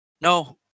No